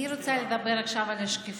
אני רוצה לדבר עכשיו על השקיפות.